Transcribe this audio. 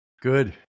good